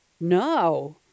No